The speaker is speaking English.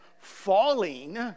falling